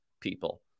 people